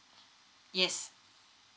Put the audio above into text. yes